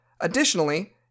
Additionally